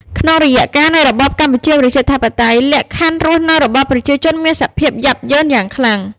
ក្នុងរយៈកាលនៃ របបកម្ពុជាប្រជាធិបតេយ្យ លក្ខខណ្ឌរស់នៅរបស់ប្រជាជនមានសភាពយ៉ាប់យ៉ឺនយ៉ាងខ្លាំង ។